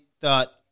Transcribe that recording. thought